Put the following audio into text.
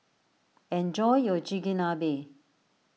enjoy your Chigenabe